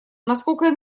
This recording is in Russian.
насколько